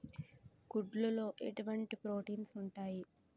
గుడ్లు లో ఎటువంటి ప్రోటీన్స్ ఉంటాయి?